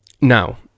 Now